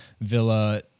Villa